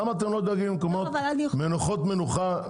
למה אתם לא דואגים למקומות מנוחה בכל